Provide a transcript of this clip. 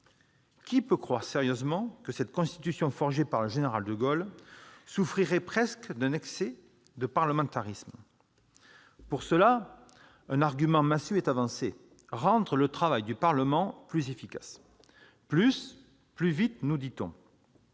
Qui peut croire sérieusement que la Constitution forgée par le général de Gaulle souffrirait presque d'un excès de parlementarisme ? Un argument massue est avancé : rendre le travail du Parlement plus efficace. « Plus, plus vite », nous dit-on.